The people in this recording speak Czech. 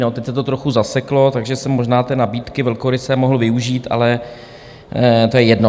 Teď se to trochu zaseklo, takže jsem možná té nabídky velkoryse mohl využít, ale to je jedno.